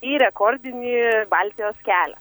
į rekordinį baltijos kelią